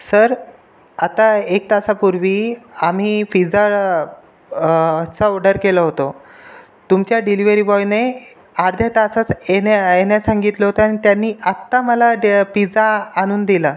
sir आत्ता एक तासापूर्वी आम्ही फिजा ची ओडर केलो होतो तुमच्या डिलीवरी बॉयने अर्ध्या तासात एने आयना सांगितलं होतं आणि त्यांनी आत्ता मला डे पिजा आणून दिला